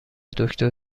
دکتر